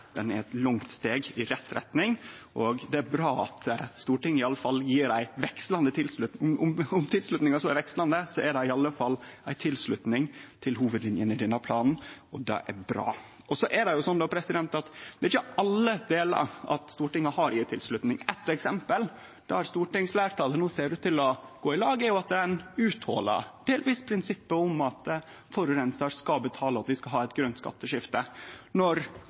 er eit langt steg i rett retning, og det er bra at Stortinget i alle fall gjev ei tilslutning – om tilslutninga så er vekslande, er det i alle fall ei tilslutning til hovudlinjene i denne planen, og det er bra. Det er ikkje alle delane Stortinget har gjeve tilslutning til. Eitt eksempel, der eit stortingsfleirtal no ser ut til å gå i lag, er at ein delvis hòlar ut prinsippet om at forureinar skal betale, og at vi skal ha eit grønt skatteskifte, når